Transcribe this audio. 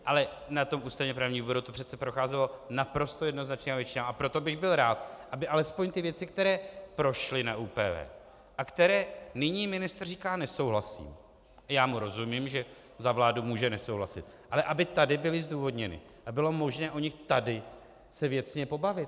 Ale na ústavněprávním výboru to přece procházelo naprosto jednoznačnou většinou, a proto bych byl rád, aby alespoň věci, které prošly na ÚPV a které nyní ministr říká, že nesouhlasí, a já mu rozumím, že za vládu může nesouhlasit, ale aby tady byly zdůvodněny a bylo možno se o nich tady věcně pobavit.